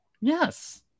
Yes